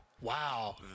wow